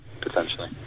potentially